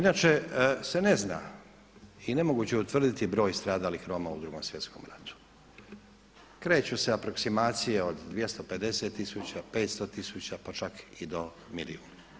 Inače se ne zna i nemoguće je utvrditi broj stradalih Roma u Drugom svjetskom ratu, kreću se aproksimacije od 250 tisuća, 500 tisuća pa čak i do milijun.